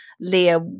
Leah